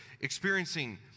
experiencing